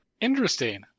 Interesting